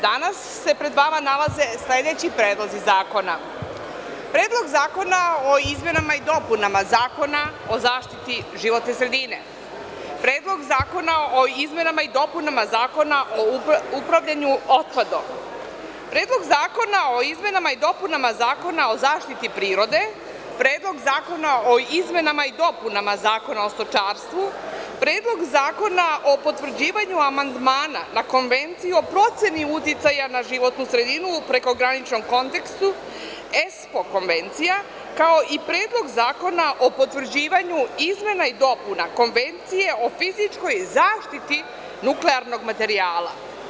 Danas se pred vama nalaze sledeći predlozi zakona – Predlog zakona o izmenama i dopunama Zakona o zaštiti životne sredine, Predlogu zakona o izmenama i dopunama Zakona o upravljanju otpadom, Predlog zakona o izmenama i dopunama Zakona o zaštiti prirode, Predlog zakona o izmenama i dopunama Zakona o stočarstvu, Predlog zakona o potvrđivanju amandmana na Konvenciju o proceni uticaja na životnu sredinu u prekograničnom kontekstu ESKO konvencija, kaoi Predlog zakona o potvrđivanju izmena i dopuna Konvencije o fizičkoj zaštiti nuklearnog materijala.